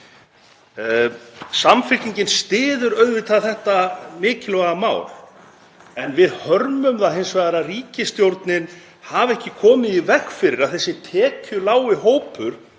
Samfylkingin styður auðvitað þetta mikilvæga mál en við hörmum það hins vegar að ríkisstjórnin hafi ekki komið í veg fyrir að þessi tekjulági hópur,